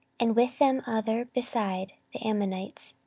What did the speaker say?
and with them other beside the ammonites,